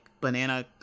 banana